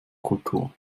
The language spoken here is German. kultur